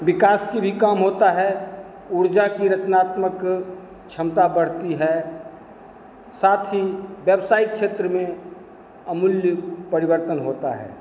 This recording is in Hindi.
विकास के भी काम होता है ऊर्जा की रचनात्मक क्षमता बढ़ती है साथ ही व्यवसाय क्षेत्र में अमूल्य परिवर्तन होता है